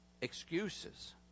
excuses